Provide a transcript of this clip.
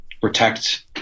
protect